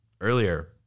earlier